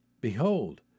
Behold